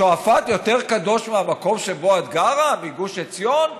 שועפאט קדוש יותר מהמקום שבו את גרה, מגוש עציון?